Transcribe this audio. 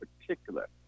particular